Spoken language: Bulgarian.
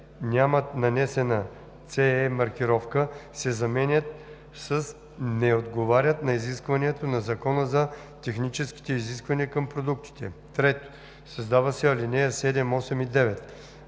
„нямат нанесена „СЕ“ маркировка“ се заменят с „не отговарят на изискванията на Закона за техническите изисквания към продуктите“. 3. Създават се ал. 7, 8 и 9: